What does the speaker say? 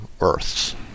earths